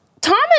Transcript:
Thomas